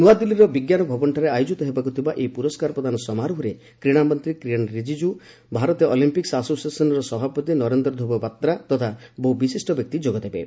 ନୂଆଦିଲ୍ଲୀର ବିଜ୍ଞାନ ଭବନଠାରେ ଆୟୋଜିତ ହେବାକୁଥିବା ଏହି ପୁରସ୍କାର ପ୍ରଦାନ ସମାରୋହରେ କ୍ରୀଡ଼ାମନ୍ତ୍ରୀ କିରେନ୍ ରିଜିକୁ ଭାରତୀୟ ଅଲମ୍ପିକ ଆସୋସିଏସନର ସଭାପତି ନରେନ୍ଦ୍ର ଧୁବ୍ ବାତ୍ରା ତଥା ବହୁ ବିଶିଷ୍ଟ ବ୍ୟକ୍ତି ଯୋଗଦେବେ